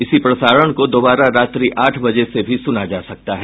इसी प्रसारण को दोबारा रात्रि आठ बजे से भी सुना जा सकता है